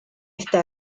esta